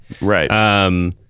Right